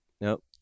Nope